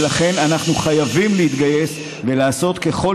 ולכן אנחנו חייבים להתגייס ולעשות ככל